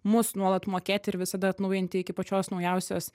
mus nuolat mokėti ir visada atnaujinti iki pačios naujausios